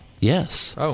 Yes